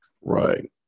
Right